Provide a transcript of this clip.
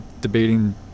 debating